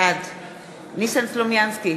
בעד ניסן סלומינסקי,